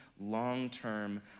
long-term